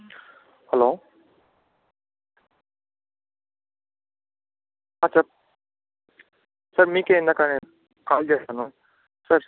hello చెప్ sir మీకే ఇందాక కాల్ చేశాను సార్